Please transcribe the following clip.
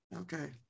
Okay